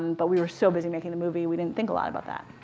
um but we were so busy making the movie, we didn't think a lot about that.